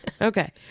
Okay